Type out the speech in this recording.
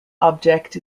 object